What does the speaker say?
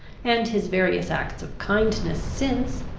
and his various acts of kindness since,